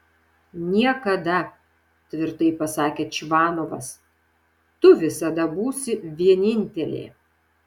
niekada tvirtai pasakė čvanovas tu visada būsi vienintelė